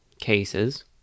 cases